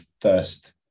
first